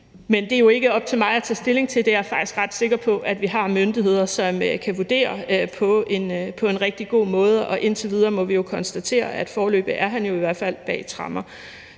men det er jo ikke op til mig at tage stilling til. Det er jeg faktisk ret sikker på at vi har myndigheder som kan vurdere på en rigtig god måde, og indtil videre må vi konstatere, at han jo i hvert fald foreløbig